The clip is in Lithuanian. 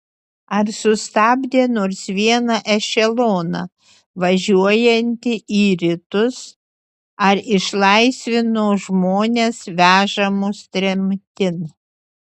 ar sustabdė nors vieną ešeloną važiuojantį į rytus ar išlaisvino žmones vežamus tremtin